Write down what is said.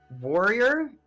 warrior